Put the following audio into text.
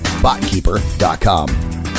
botkeeper.com